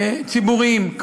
ציבוריים,